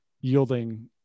yielding